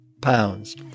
pounds